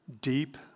deep